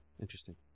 Interesting